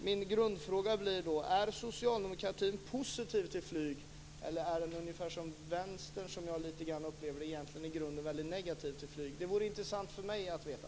Min grundfråga blir då: Är socialdemokratin positiv till flyg, eller är den ungefär som Vänstern, som jag upplever i grunden är väldigt negativ till flyg? Det vore intressant för mig att veta.